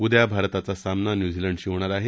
उद्या भारताचा सामना न्यूझीलंडशी होणार आहे